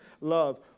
love